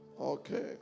okay